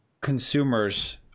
consumers